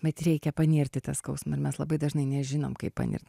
bet reikia panirt į tą skausmą ir mes labai dažnai nežinom kaip panirt